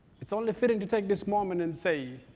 it's only fitting to take this moment and say,